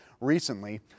Recently